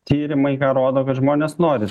tyrimai ką rodo kad žmonės nori